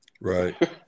right